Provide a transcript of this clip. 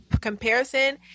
comparison